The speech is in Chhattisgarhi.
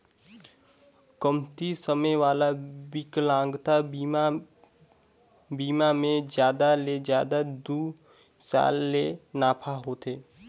कमती समे वाला बिकलांगता बिमा मे जादा ले जादा दू साल ले नाफा होथे